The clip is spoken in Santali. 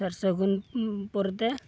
ᱥᱟᱨᱼᱥᱟᱹᱜᱩᱱ ᱯᱚᱨᱮᱛᱮ